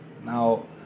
now